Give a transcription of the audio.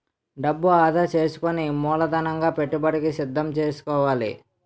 డబ్బు ఆదా సేసుకుని మూలధనంగా పెట్టుబడికి సిద్దం సేసుకోవాలి